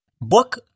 Book